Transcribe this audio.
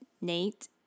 Nate